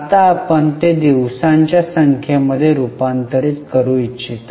आता आपण ते दिवसांच्या संख्ये मध्ये रूपांतरित करू इच्छिता